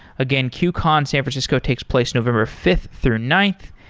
again, qcon san francisco takes place november fifth through ninth,